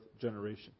generation